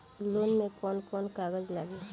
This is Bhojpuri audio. लोन में कौन कौन कागज लागी?